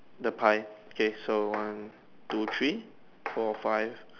the pie okay so one two three four five